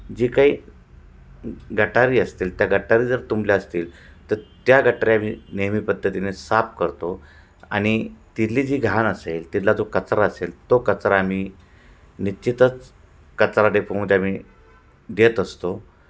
जी काही गटारी असतील त्या गटारी जर तुंबल्या असतील तर त्या गटारी आम्ही नेहमी पद्धतीने साफ करतो आणि तिथली जी घाण असेल तिथला जो कचरा असेल तो कचरा आम्ही निश्चितच कचरा डेपमध्ये आम्ही देत असतो